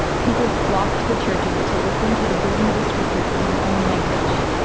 people flocked to the churches to listen to the reading of the scriptures in their own language.